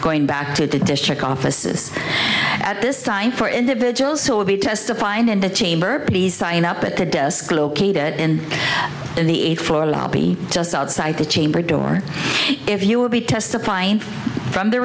going back to the district offices at this time for individuals who will be testifying in the chamber sign up at the desk located in the a for the lobby just outside the chamber door if you will be testifying from the